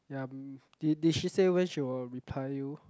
ya mm did did she say when she will reply you